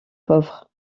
pauvres